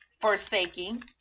forsaking